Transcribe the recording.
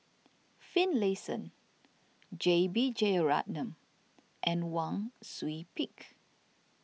Finlayson J B Jeyaretnam and Wang Sui Pick